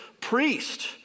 priest